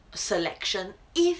selection if